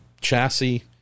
chassis